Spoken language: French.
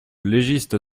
légiste